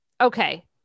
okay